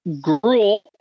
Gruel